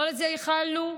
לא לזה ייחלנו.